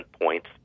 points